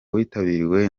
witabiriwe